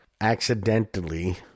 Accidentally